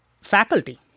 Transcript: faculty